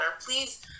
Please